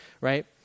right